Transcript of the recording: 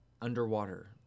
underwater